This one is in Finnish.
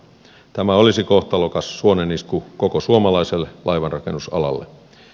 tämä olisi kohtalokas suonenisku koko suomalaiselle laivanrakennusalalle